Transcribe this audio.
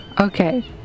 Okay